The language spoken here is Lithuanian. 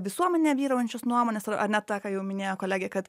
visuomenėj vyraujančios nuomonės ar ne tą ką jau minėjo kolegė kad